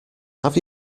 have